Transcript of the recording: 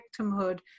victimhood